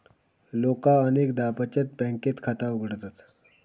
लोका अनेकदा बचत बँकेत खाता उघडतत